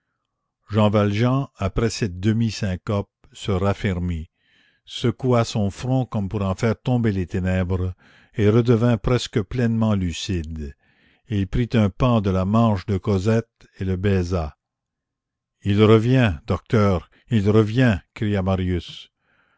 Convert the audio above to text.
jean valjean après cette demi syncope se raffermit secoua son front comme pour en faire tomber les ténèbres et redevint presque pleinement lucide il prit un pan de la manche de cosette et le baisa il revient docteur il revient cria marius